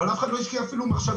אבל אף אחד לא השקיע אפילו מחשבה,